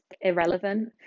irrelevant